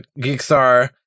Geekstar